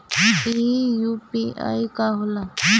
ई यू.पी.आई का होला?